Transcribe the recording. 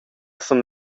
sun